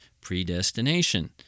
predestination